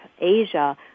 Asia